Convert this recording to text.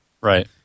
right